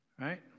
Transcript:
Right